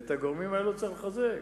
ואת הגורמים האלה צריך לחזק.